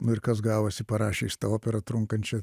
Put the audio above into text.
nu ir kas gavosi parašė jis tą operą trunkančią